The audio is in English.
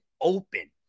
open